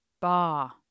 Bar